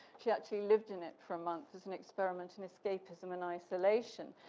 she actually lived in it for a month as an experiment and escapism in isolation.